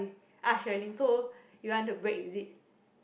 ask Sherilyn so you want to break is it